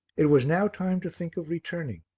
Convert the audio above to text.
it was now time to think of returning,